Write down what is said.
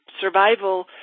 survival